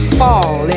fall